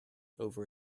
over